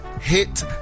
hit